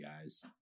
guys